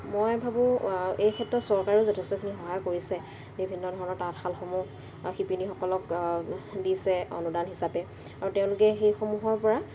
মই ভাবোঁ এই ক্ষেত্ৰত চৰকাৰেও যথেষ্টখিনি সহায় কৰিছে বিভিন্ন ধৰণৰ তাঁতশালসমূহ শিপিনীসকলক দিছে অনুদান হিচাপে আৰু তেওঁলোকে সেইসমূহৰ পৰা